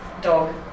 dog